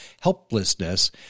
helplessness